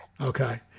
Okay